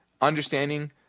understanding